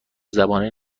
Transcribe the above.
زبانه